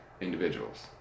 individuals